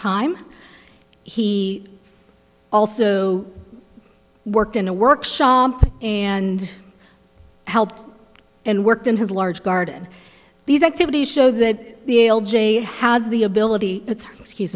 time he also worked in a workshop and helped and worked in his large garden these activities show that the l j has the ability it's excuse